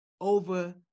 over